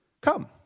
come